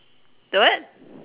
the what